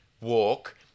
walk